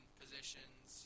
positions